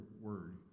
word